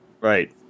Right